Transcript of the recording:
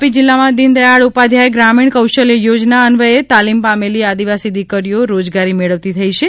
તાપી જિલ્લામાં દિનદથાળ ઊપાધ્યાય ગ્રામીણ કૌશલ્ય યોજના અન્વયે તાલીમ પામેલી આદિવાસી દીકરીઓ રોજગારી મેળવતી થઈ છે